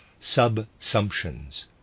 subsumptions